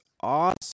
awesome